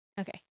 Okay